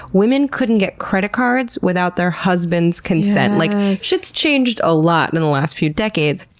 women couldn't get credit cards without their husband's consent. like shit's changed a lot in and the last few decades.